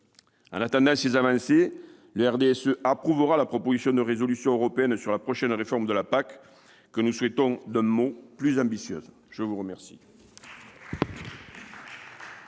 En attendant ces avancées, le RDSE approuvera la proposition de résolution européenne sur la prochaine réforme de la PAC, que nous souhaitons, d'un mot, plus ambitieuse. La parole